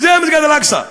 זה מסגד אל-אקצא.